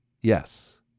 Yes